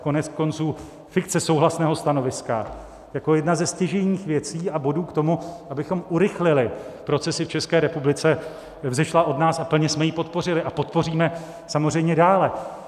Koneckonců fikce souhlasného stanoviska jako jedna ze stěžejních věcí a bodů k tomu, abychom urychlili procesy v České republice, vzešla od nás a plně jsme ji podpořili a podpoříme samozřejmě dále.